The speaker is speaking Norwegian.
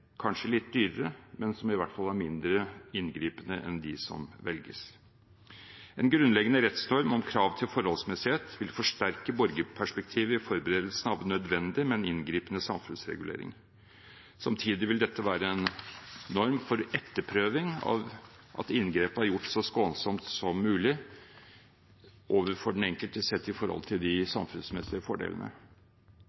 kanskje litt dyrere, men som i hvert fall er mindre inngripende enn de som velges. En grunnleggende rettsnorm om krav til forholdsmessighet vil forsterke borgerperspektivet i forberedelsen av nødvendig, men inngripende samfunnsregulering. Samtidig vil dette være en norm for etterprøving av at inngrepet er gjort så skånsomt som mulig overfor den enkelte, sett i forhold til de